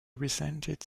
resented